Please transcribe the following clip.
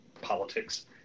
politics